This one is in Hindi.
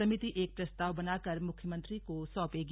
समिति एक प्रस्ताव बनाकर मुख्यमंत्री को सौंपेगी